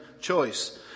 choice